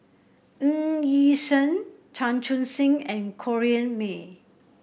Ng Yi Sheng Chan Chun Sing and Corrinne May